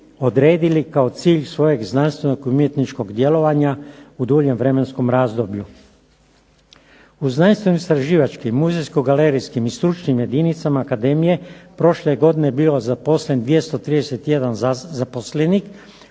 odredili kao cilj svojeg znanstvenog umjetničkog djelovanja u duljem vremenskom razdoblju. U znanstveno-istraživačkim, muzejsko-galerijskim i stručnim jedinicama akademije prošle je godine bio zaposlen 231 zaposlenik,